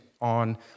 on